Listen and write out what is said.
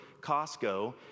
Costco